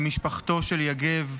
למשפחתו של יגב,